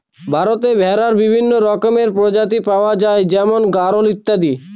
ভারতে ভেড়ার বিভিন্ন রকমের প্রজাতি পাওয়া যায় যেমন গাড়োল ইত্যাদি